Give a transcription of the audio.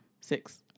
Six